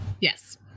Yes